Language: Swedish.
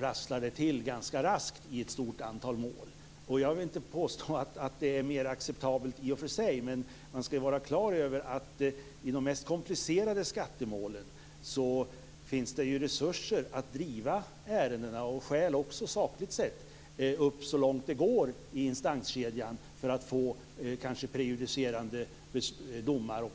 rasslar det till ganska raskt i ett stort antal mål. Jag vill inte påstå att det är acceptabelt i och för sig. Men man skall ha klart för sig att det i de mest komplicerade skattemålen finns resurser att driva ärendena - och det finns skäl också sakligt sett - upp så långt det går i instanskedjan för att få kanske prejudicerande domar.